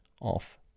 off